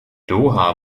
doha